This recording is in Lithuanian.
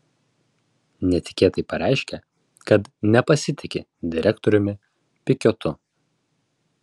netikėtai pareiškė kad nepasitiki direktoriumi pikiotu